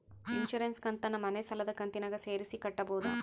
Insurance ಕಂತನ್ನ ಮನೆ ಸಾಲದ ಕಂತಿನಾಗ ಸೇರಿಸಿ ಕಟ್ಟಬೋದ?